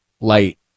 light